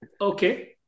Okay